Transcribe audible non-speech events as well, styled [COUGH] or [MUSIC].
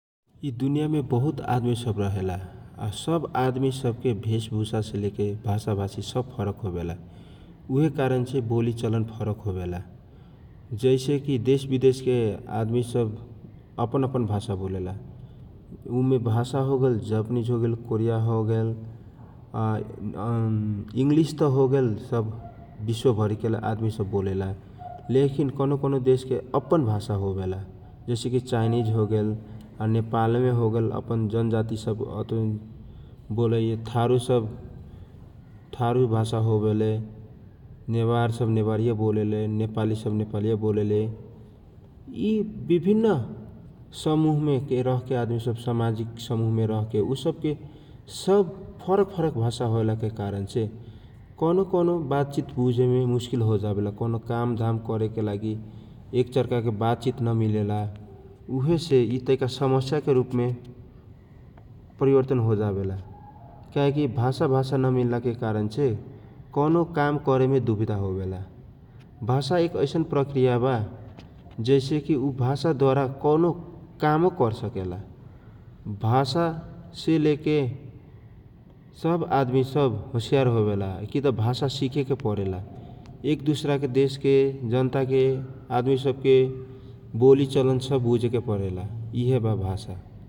यि दुनिया मे बहुत आदमी सब रहेला आ सब आदमी सबके भेष भुषा भाषा भाषी सब फरक होबेला उहे कारणसे बोलिचाली फरक होवेला जैसे कि देश बिदेश के आदमी सब अपन अपन भाषा बोलेला उमे भाषा होजेल जापानीज होगेल, कोरिया होगेल, [HESITATION] इङ्गालिस त होगेल सब विश्वभरी के आदमी सब बोलेला लेकिन कौनो कौनो देशका आदमी सब अपन भाषा सब बोलेला डैसी की चाइनिज, आ नेपालमे होगेल अपन जनजाति सब बोलैए । थारू सब थारु भाषा होवेले, नेवारी सब नेवारीए बोलेल, नेपाली सब नेपालिए बोलेले पि विभिन्न समूह ने के रहके आदमी सब एक समूह मे रहके आदमी सब सामाजिक मे रहके सब फरक फरक भाषा होवेला कारण से कौनो कौनो वातचित बुझमे मुस्किल होजावेला कौनो काम करेके लागि एक अर्का वातचित नमिलेला उहे से यि तैका समस्या के रूप मे परिवर्तन होडावेला कोहिकि भाषा भाषा नमिलला के कारण से कौनो काम करे ने मे दुविधा होवेला । भाषा एक ऐसन प्रकृया वा जैसे कि ऊ भाषाद्वारा कौनो कामो कर सकेला । भाषा से लेके सब आदमी सब होशियार कि भाषा सिके के परेला । एक दूसरा देशके जनता के आादमीसबके बोल चलन सब बुझेके परेला यि वा भाषा ।